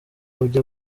ujya